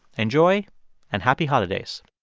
enjoy and happy holidays